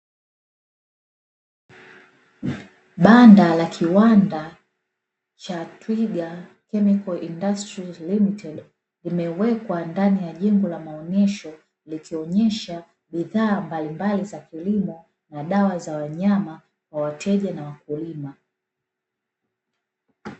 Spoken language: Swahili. Banda la kiwanda cha "Twiga chemical industry limited", limewekwa ndani ya jengo la maonesho, likionyesha bidhaa mbalimbali za kilimo na dawa za wanyama kwa wateja na wakulima.